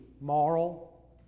moral